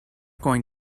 going